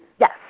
Yes